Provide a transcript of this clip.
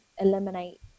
eliminate